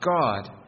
God